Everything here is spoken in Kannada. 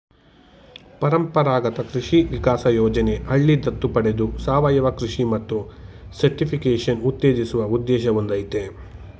ಪರಂಪರಾಗತ ಕೃಷಿ ವಿಕಾಸ ಯೋಜನೆ ಹಳ್ಳಿ ದತ್ತು ಪಡೆದು ಸಾವಯವ ಕೃಷಿ ಮತ್ತು ಸರ್ಟಿಫಿಕೇಷನ್ ಉತ್ತೇಜಿಸುವ ಉದ್ದೇಶ ಹೊಂದಯ್ತೆ